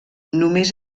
només